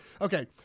Okay